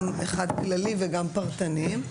יש גם אחד כללי וגם פרטניים,